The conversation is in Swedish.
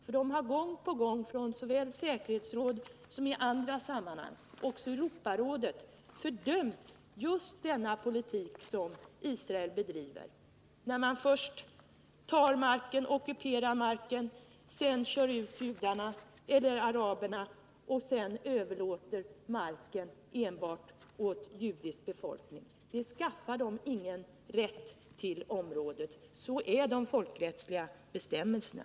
FN har gång på gång såväl i säkerhetsrådet som i andra sammanhang -— liksom också Europarådet — fördömt just denna politik som Israel bedriver, när man först ockuperar marken, sedan kör ut araberna och därefter överlåter marken åt enbart judisk befolkning. Det ger inte Israel någon rätt till området. Sådana är de folkrättsliga bestämmelserna.